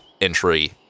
entry